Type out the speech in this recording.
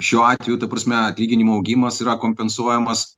šiuo atveju ta prasme atlyginimų augimas yra kompensuojamas